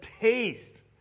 taste